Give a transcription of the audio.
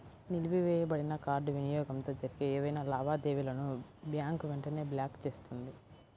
నిలిపివేయబడిన కార్డ్ వినియోగంతో జరిగే ఏవైనా లావాదేవీలను బ్యాంక్ వెంటనే బ్లాక్ చేస్తుంది